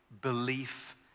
belief